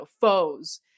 foes